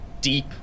deep